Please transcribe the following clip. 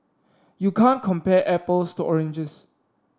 you can't compare apples to oranges